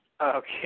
Okay